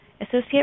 associate